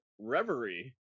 Reverie